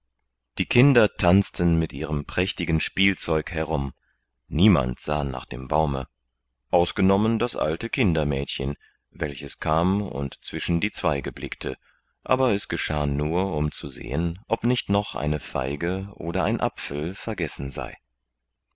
die kinder tanzten mit ihrem prächtigen spielzeug herum niemand sah nach dem baume ausgenommen das alte kindermädchen welches kam und zwischen die zweige blickte aber es geschah nur um zu sehen ob nicht noch eine feige oder ein apfel vergessen sei